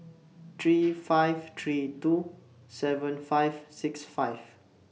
three five three two seven five six five